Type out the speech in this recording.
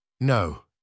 No